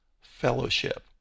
fellowship